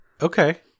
Okay